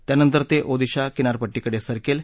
त्यानंतर ते ओदिशा किनारपट्टीकडे सरकेल